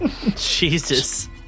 Jesus